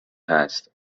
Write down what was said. هست